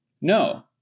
No